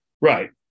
right